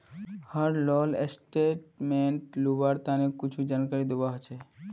हर loan statement लुआर तने कुछु जानकारी दुआ होछे